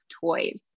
Toys